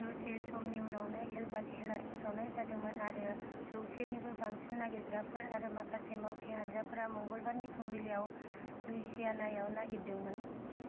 दसे समनि उनावनो एम्बर एलार्ट फोसावनाय जादोंमोन आरो जौसो निबो बांसिन नागिरग्राफोर आरो माखासे मावथि हान्जाफोरा मंगलबारनि फुंबिलियाव लुइसियानायाव नागिरदोंमोन